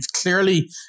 clearly